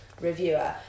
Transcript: reviewer